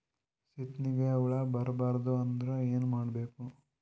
ಸೀತ್ನಿಗೆ ಹುಳ ಬರ್ಬಾರ್ದು ಅಂದ್ರ ಏನ್ ಮಾಡಬೇಕು?